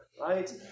right